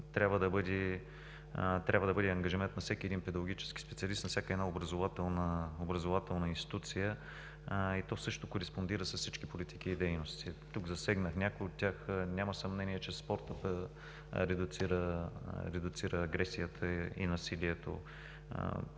трябва да бъде ангажимент на всеки педагогически специалист, на всяка образователна институция и то също кореспондира с всички политики и дейности, тук засегнах някои от тях. Няма съмнение, че спортната редуцира агресия и насилие.